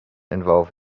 involve